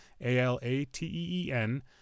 a-l-a-t-e-e-n